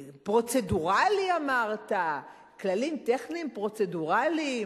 פרוצדורלי אמרת, כללים טכניים פרוצדורליים.